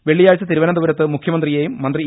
വെള്ളിയാഴ്ച്ചു തിരുവനന്തപുരത്ത് മുഖ്യമന്ത്രിയേയും മന്ത്രി ഇ